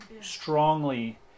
strongly